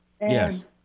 Yes